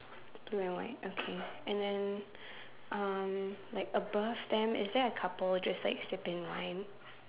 blue and white okay and then um like above them is there a couple just like sipping wine